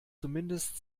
zumindest